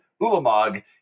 Ulamog